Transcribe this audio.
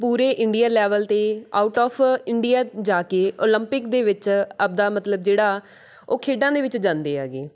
ਪੂਰੇ India level 'ਤੇ out of India ਜਾ ਕੇ ਓਲੰਪਿਕ ਦੇ ਵਿੱਚ ਆਪਦਾ ਮਤਲਬ ਜਿਹੜਾ ਉਹ ਖੇਡਾਂ ਦੇ ਵਿੱਚ ਜਾਂਦੇ ਹੈਗੇ